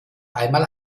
einmal